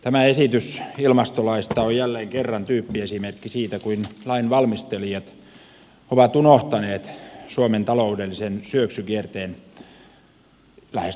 tämä esitys ilmastolaista on jälleen kerran tyyppiesimerkki siitä kuinka lain valmistelijat ovat unohtaneet suomen taloudellisen syöksykierteen lähestulkoon täysin